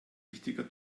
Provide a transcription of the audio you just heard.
wichtiger